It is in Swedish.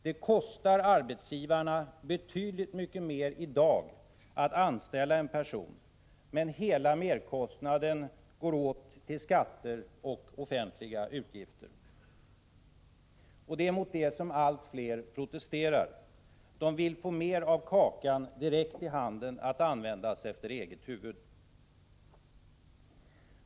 Det kostar i dag arbetsgivaren betydligt mer att anställa någon, men hela merkostnaden går till skatter och offentliga utgifter. Det är mot det allt fler protesterar. De vill få mer av kakan direkt i handen, att användas efter eget huvud.